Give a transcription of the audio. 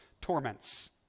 torments